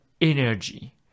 energy